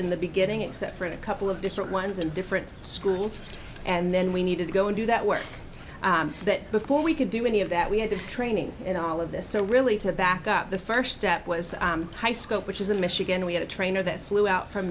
in the beginning except for a couple of different ones in different schools and then we needed to go and do that work that before we could do any of that we had a training in all of this so really to back up the first step was high scope which is in michigan we had a trainer that flew out from